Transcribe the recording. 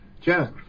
Janet